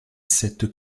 cette